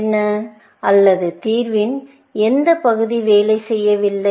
என்ன அல்லது தீர்வின் எந்த பகுதி வேலை செய்யவில்லை